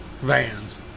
vans